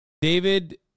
David